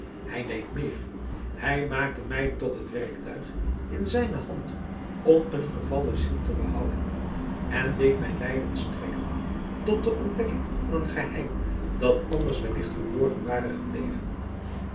hij deed meer hij maakte mij tot het werktuig in zijne hand om een gevallen ziel te behouden en deed mijn lijden strekken tot de ontdekking van een geheim dat anders wellicht verborgen ware gebleven